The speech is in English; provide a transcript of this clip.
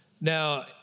Now